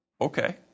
Okay